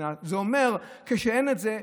זה אומר שאין את זה,